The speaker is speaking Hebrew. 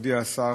מכובדי השר,